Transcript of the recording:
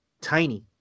tiny